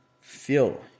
feel